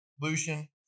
Lucian